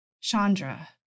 Chandra